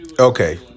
Okay